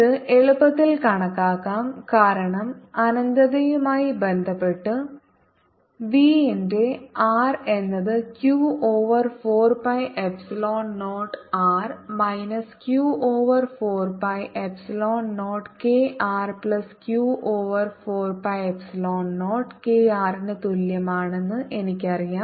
ഇത് എളുപ്പത്തിൽ കണക്കാക്കാം കാരണം അനന്തതയുമായി ബന്ധപ്പെട്ട് v ന്റെ r എന്നത് Q over 4 pi epsilon 0 r minus Q over 4 pi epsilon 0 kr plus q over 4 pi epsilon 0 kr ന് തുല്യമാണെന്ന് എനിക്കറിയാം